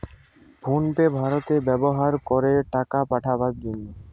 phone pay ভারতে ব্যাভার করে টাকা পাঠাবার জন্যে